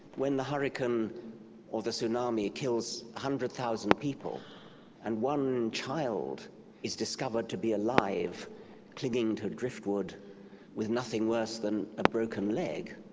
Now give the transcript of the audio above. when the hurricane or the tsunami kills one hundred thousand people and one child is discovered to be alive clinging to driftwood with nothing worse than a broken leg,